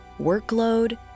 workload